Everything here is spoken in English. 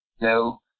No